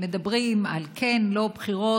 מדברים על כן או לא בחירות.